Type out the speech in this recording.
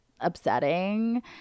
upsetting